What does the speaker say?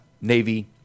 Navy